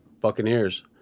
buccaneers